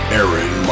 Aaron